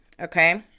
okay